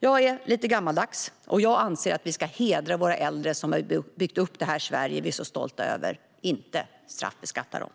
Jag är lite gammaldags, och jag anser att vi ska hedra våra äldre som har byggt upp det Sverige som vi är så stolta över, inte straffbeskatta dem.